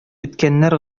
үткәннәр